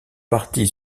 partie